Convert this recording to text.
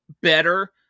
better